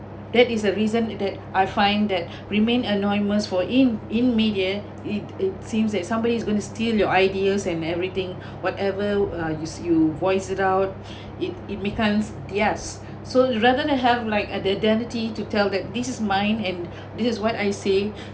that is the reason that I find that remain anonymous for in in media it it seems that somebody's going to steal your ideas and everything whatever uh you you voice it out it it becomes yes so rather than have like identity to tell that this is mine and this is what I say